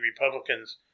Republicans